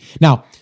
Now